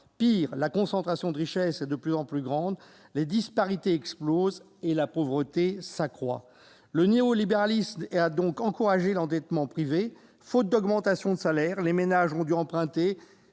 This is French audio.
Pis, la concentration de la richesse est de plus en plus grande, les disparités explosent et la pauvreté s'accroît. Le néolibéralisme a donc encouragé l'endettement privé, car, faute d'augmentations de salaire, les ménages ont dû emprunter